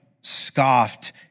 scoffed